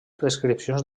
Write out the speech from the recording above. prescripcions